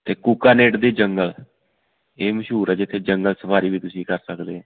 ਅਤੇ ਕੂਕਾ ਨੇਟ ਦੇ ਜੰਗਲ ਹੈ ਮਸ਼ਹੂਰ ਹੈ ਜਿੱਥੇ ਜੰਗਲ ਸਫਾਰੀ ਵੀ ਤੁਸੀਂ ਕਰ ਸਕਦੇ ਹੋ